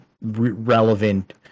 relevant